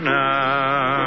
now